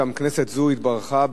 גם כנסת זו התברכה,